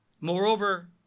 Moreover